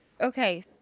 Okay